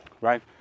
right